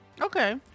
Okay